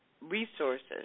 resources